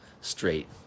straight